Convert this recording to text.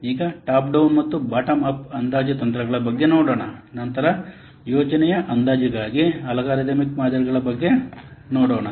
ಈಗ top down ಮತ್ತು bottom up ಅಂದಾಜು ತಂತ್ರಗಳ ಬಗ್ಗೆ ನೋಡೋಣ ನಂತರ ಯೋಜನೆಯ ಅಂದಾಜುಗಾಗಿ ಅಲ್ಗಾರಿದಮಿಕ್ ಮಾದರಿಗಳ ಬಗ್ಗೆ ನೋಡೋಣ